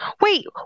Wait